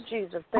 Jesus